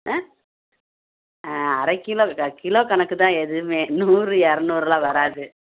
ஆ ஆ அரை கிலோ க கிலோ கணக்குதான் எதுவுமே நூறு இரநூறுலாம் வராது